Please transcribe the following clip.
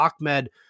Ahmed